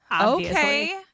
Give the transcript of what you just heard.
Okay